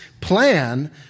plan